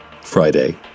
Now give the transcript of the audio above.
Friday